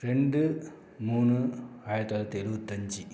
ரெண்டு மூணு ஆயிரத்து தொளாயிரத்து எழுவத்தஞ்சி